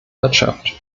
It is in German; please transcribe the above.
wirtschaft